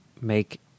make